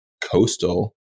coastal